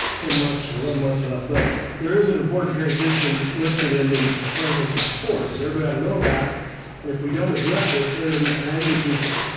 ten months or eleven months left. but there is an important transition listed in the president's report that everybody ought to know about and if we don't address it, there are gonna be some angry people.